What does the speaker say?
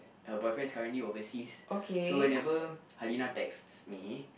her boyfriend is currently overseas so whenever Halinah texts me